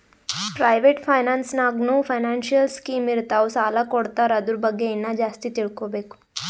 private finance ನಾಗ್ನೂ financial scheme ಇರ್ತಾವ್ ಸಾಲ ಕೊಡ್ತಾರ ಅದುರ್ ಬಗ್ಗೆ ಇನ್ನಾ ಜಾಸ್ತಿ ತಿಳ್ಕೋಬೇಕು